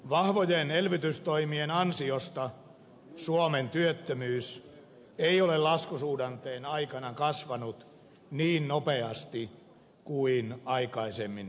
vahvojen elvytystoimien ansiosta suomen työttömyys ei ole laskusuhdanteen aikana kasvanut niin nopeasti kuin aikaisemmin arviointiin